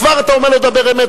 כבר אתה אומר לו "דבר אמת"?